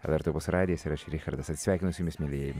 lrt opus radijas ir aš richardas atsisveikinu su jumis mielieji